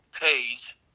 page